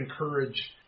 encourage –